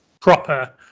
proper